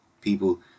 people